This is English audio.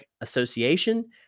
Association